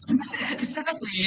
Specifically